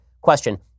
question